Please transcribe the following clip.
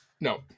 No